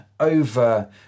over